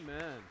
Amen